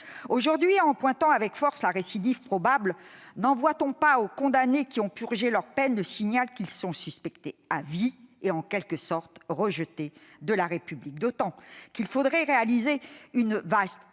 Aujourd'hui, en évoquant avec force la récidive probable, n'envoie-t-on pas aux condamnés qui ont purgé leur peine le signal qu'ils seront suspectés à vie et, en quelque sorte, rejetés de la République ? Il faudrait réaliser une vaste